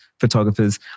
photographers